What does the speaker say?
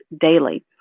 daily